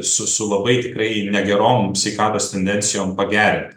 su su labai tikrai negerom sveikatos tendencijom pagerinti